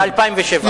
ב-2007.